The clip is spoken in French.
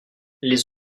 les